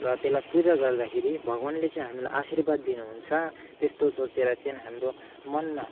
र त्यसलाई पूजा गर्दाखेरि भगवानले चाहिँ हामीलाई आशीर्वाद दिनुहुन्छ त्यस्तो सोचेर चाहिँ हाम्रो मनमा